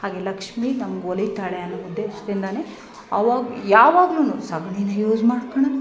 ಹಾಗೆ ಲಕ್ಷ್ಮೀ ನಮ್ಗೆ ಒಲಿತಾಳೆ ಅನ್ನೋ ಉದ್ದೇಶದಿಂದಾ ಅವಾಗ ಯಾವಾಗ್ಲೂ ಸಗ್ಣೀ ಯೂಸ್ ಮಾಡ್ಕೊಳೋದು